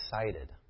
excited